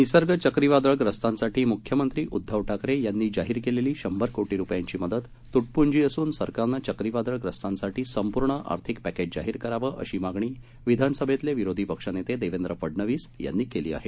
निसर्ग चक्रीवादळग्रस्तांसाठी मुख्यमंत्री उद्दव ठाकरे यांनी जाहीर केलेली शंभर कोटी रुपयांची मदत तुटपुंजी असून सरकारनं चक्रीवादळग्रस्तांसाठी संपूर्ण आर्थिक पॅकेज जाहीर करावं अशी मागणी विधानसभेतले विरोधी पक्षनेते देवेंद्र फडनवीस यांनी केली आहे